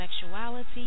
sexuality